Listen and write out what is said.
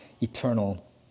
eternal